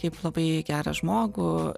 kaip labai gerą žmogų